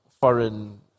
foreign